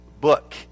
book